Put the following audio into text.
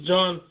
John